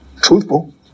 Truthful